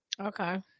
okay